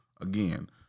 again